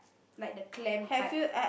like the clam type